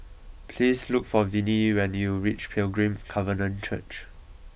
please look for Vinnie when you reach Pilgrim Covenant Church